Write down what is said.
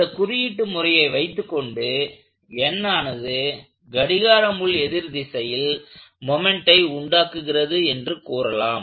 இந்த குறியீட்டு முறையை வைத்துக்கொண்டு N ஆனது கடிகார முள் எதிர்திசையில் மொமெண்ட்டை உண்டாக்குகிறது என்று கூறலாம்